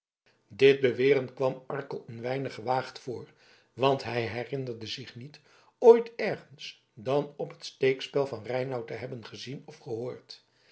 dit beweren kwam arkel een weinig gewaagd voor want hij herinnerde zich niet ooit ergens dan op het steekspel van reinout te hebben gezien of gehoord